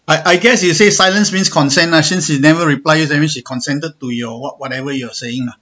I I guess you say silence means consent lah since she never reply you that means she consented to your what whatever you're saying lah